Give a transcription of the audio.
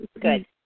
Good